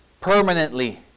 permanently